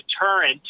deterrent